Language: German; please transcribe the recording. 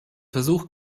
versuch